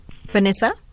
Vanessa